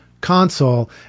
console